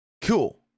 Cool